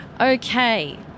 Okay